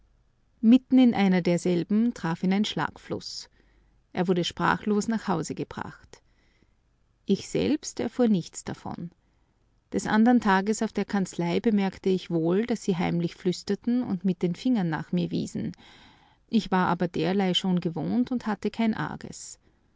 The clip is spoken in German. mitten in einer derselben traf ihn ein schlagfluß er wurde sprachlos nach hause gebracht ich selbst erfuhr nichts davon des andern tages auf der kanzlei bemerkte ich wohl daß sie heimlich flüsterten und mit den fingern nach mir wiesen ich war aber derlei schon gewohnt und hatte kein arges